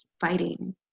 fighting